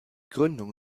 gründung